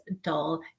dull